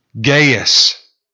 Gaius